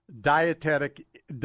dietetic